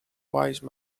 wise